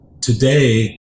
today